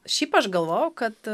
šiaip aš galvojau kad